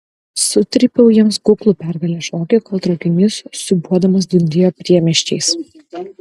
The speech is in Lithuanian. sutrypiau jiems kuklų pergalės šokį kol traukinys siūbuodamas dundėjo priemiesčiais